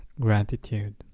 gratitude